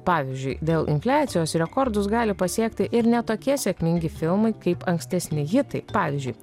pavyzdžiui dėl infliacijos rekordus gali pasiekti ir ne tokie sėkmingi filmai kaip ankstesni hitai pavyzdžiui